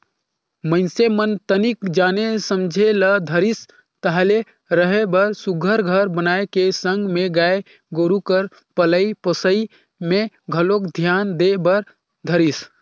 मइनसे मन तनिक जाने समझे ल धरिस ताहले रहें बर सुग्घर घर बनाए के संग में गाय गोरु कर पलई पोसई में घलोक धियान दे बर धरिस